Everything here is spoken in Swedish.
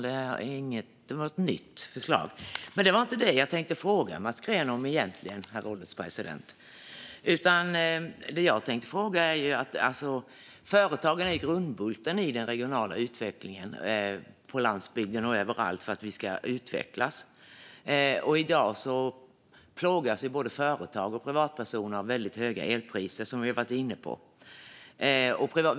Det var ett nytt förslag. Men det var inte det jag tänkte fråga Mats Green om egentligen, herr ålderspresident. Min fråga gäller i stället företagen, som är grundbulten i den regionala utvecklingen på landsbygden, och överallt för att vi ska utvecklas. I dag plågas både företag och privatpersoner av väldigt höga elpriser, som vi har varit inne på.